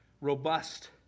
robust